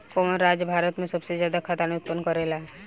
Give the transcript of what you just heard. कवन राज्य भारत में सबसे ज्यादा खाद्यान उत्पन्न करेला?